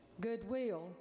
goodwill